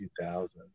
2000